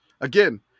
again